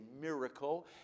miracle